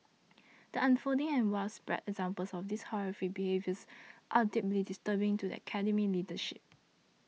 the unfolding and widespread examples of this horrific behaviours are deeply disturbing to the Academy's leadership